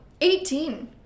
18